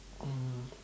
um